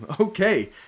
okay